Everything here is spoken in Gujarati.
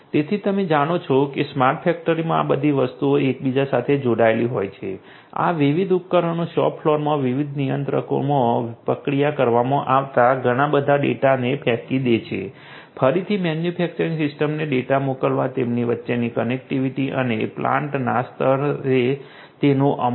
તેથી તમે જાણો છો કે સ્માર્ટ ફેક્ટરીમાં આ બધી વસ્તુઓ એકબીજા સાથે જોડાયેલી હોય છે આ વિવિધ ઉપકરણો શોપ ફ્લોરમાં વિવિધ નિયંત્રકોમાં પ્રક્રિયા કરવામાં આવતા ઘણા બધા ડેટાને ફેંકી દે છે ફરીથી મેન્યુફેક્ચરિંગ સિસ્ટમને ડેટા મોકલવા તેમની વચ્ચેની કનેક્ટિવિટી અને પ્લાન્ટ ના સ્તરે તેનો અમલ